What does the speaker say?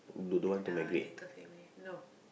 and our later family no